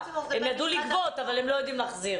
הם יודעים לגבות אבל לא יודעים להחזיר.